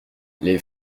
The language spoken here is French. les